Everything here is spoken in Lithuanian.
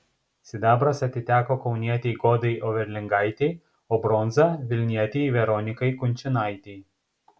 sidabras atiteko kaunietei godai overlingaitei o bronza vilnietei veronikai kunčinaitei